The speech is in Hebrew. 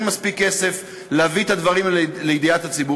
אין מספיק כסף להביא את הדברים לידיעת הציבור